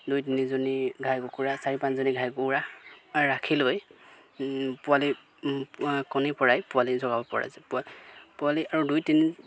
দুই তিনিজনী ঘাই কুকুৰা চাৰি পাঁচজনী ঘাই কুকুৰা ৰাখি লৈ পোৱালি কণীৰপৰাই পোৱালি জগাব পৰা যায় পোৱালি পোৱালি আৰু দুই তিনি